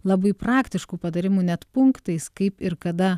labai praktiškų patarimų net punktais kaip ir kada